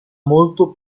molto